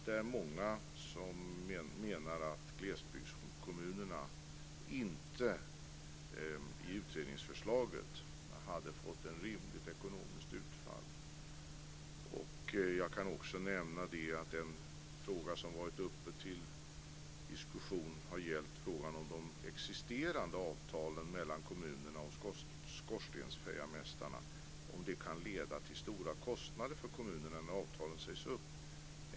Där menar många att glesbygdskommunerna inte hade fått ett rimligt ekonomiskt utfall i utredningsförslaget. Jag kan även nämna att en annan fråga som har varit uppe till diskussion har varit den om de existerande avtalen mellan kommunerna och skorstensfejarmästarna. Kan det leda till stora kostnader för kommunerna när avtalen sägs upp?